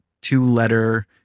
two-letter